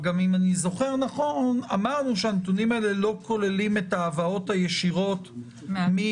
וגם שם אני חושב שהוועדה רומזת על כוונתה לבחון את העניין הזה לעומק